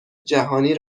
جهانی